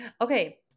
Okay